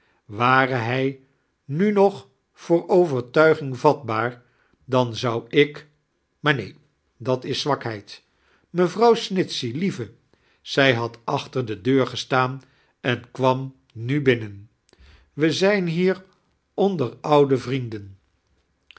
wane hij nu nog voor ovextuigimg vatbaar dan zou ik maar neein dat is zwakheid mevrouw snitchey lieve zij had achteir de deur gestaan en kwam mi binmen we zijn hiar oncter oude vrienden